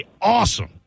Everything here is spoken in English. Awesome